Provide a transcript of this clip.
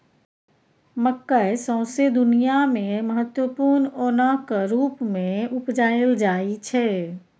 मकय सौंसे दुनियाँ मे महत्वपूर्ण ओनक रुप मे उपजाएल जाइ छै